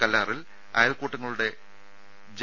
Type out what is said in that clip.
കല്ലാറിൽ അയൽക്കൂട്ടങ്ങളുടെ ജെ